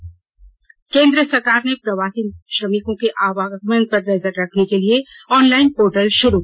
ने केन्द्र सरकार ने प्रवासी श्रमिकों के आवागमन पर नजर रखने के लिए ऑनलाइन पोर्टल शुरू किया